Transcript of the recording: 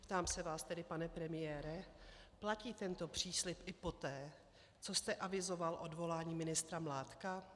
Ptám se vás tedy, pane premiére, platí tento příslib i poté, co jste avizoval odvolání ministra Mládka?